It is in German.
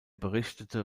berichtete